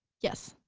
yes,